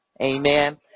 Amen